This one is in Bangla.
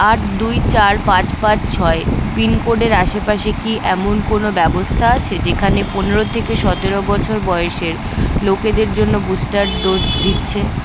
আট দুই চার পাঁচ পাঁচ ছয় পিনকোডের আশেপাশে কি এমন কোনও ব্যবস্থা আছে যেখানে পনেরো থেকে সতেরো বছর বয়সের লোকেদের জন্য বুস্টার ডোজ দিচ্ছে